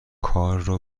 کارو